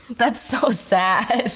that's so sad.